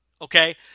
Okay